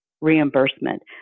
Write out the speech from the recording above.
reimbursement